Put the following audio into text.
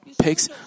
pigs